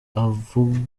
ukuri